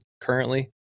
currently